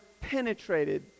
penetrated